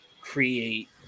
create